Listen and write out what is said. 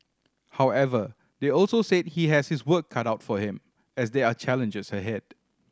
however they also said he has his work cut out for him as there are challenges ahead